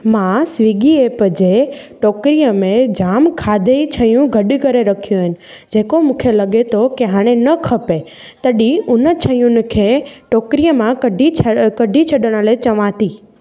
मां Swiggy app जे टोकरीअ में जाम खाधे शयूं गॾु करे रखियूं इन जेको मूंखे लॻे थो की हाणे न खपे तॾहिं उन शयुनि खे टोकरीअ मां कॾी छॾु कॾी छॾण लाइ चवा थी